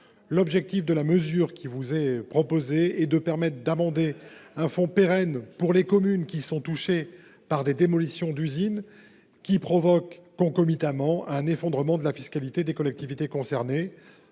L’objectif de la mesure ici proposée est donc bien de permettre d’amender un fonds pérenne en faveur des communes touchées par des démolitions d’usines, lesquelles provoquent concomitamment un effondrement de la fiscalité des collectivités concernées,